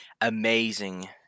amazing